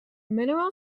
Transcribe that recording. mineral